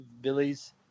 Billy's